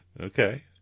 Okay